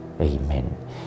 amen